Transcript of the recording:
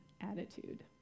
attitude